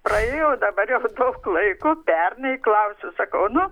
praėjo dabar jau daug laiko pernai klausiu sakau nu